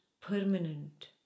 permanent